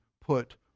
put